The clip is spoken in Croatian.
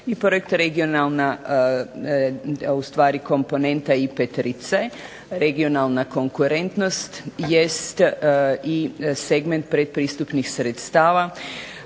i projekt regionalna, ustvari komponenta IPA-e 3C regionalna konkurentnost jest i segment pretpristupnih sredstava